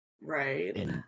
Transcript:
Right